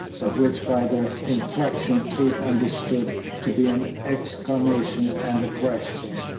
but which by their inflection kate understood to be an exclamation and a question.